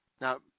Now